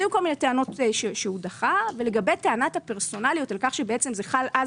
היו כל מיני טענות שהוא דחה על כך שבעצם זה חל אז